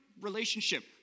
relationship